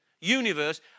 universe